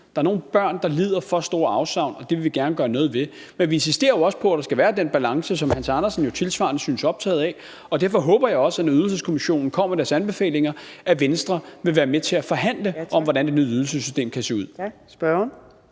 der er nogle børn, der lider for store afsavn, og det vil vi gerne gøre noget ved. Men vi insisterer jo også på, at der skal være den balance, som hr. Hans Andersen tilsvarende synes optaget af, og derfor håber jeg også, at Venstre, når Ydelseskommissionen kommer med sine anbefalinger, vil være med til at forhandle om, hvordan et nyt ydelsessystem kan se ud. Kl. 14:54